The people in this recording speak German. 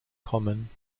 kommen